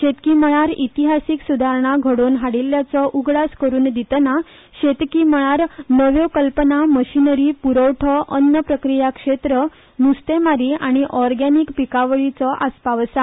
शेतकी मळार इतिहासीक सुदारणा घडोवन हाडिल्ल्याचो उगडास करून दितना शेतकी मळार नव्यो कल्पना मशिनरी पुरवठो अन्न प्रक्रिया क्षेत्र न्रस्तेमारी आनी ऑरगेनीक पिकावळींचो आस्पाव आसा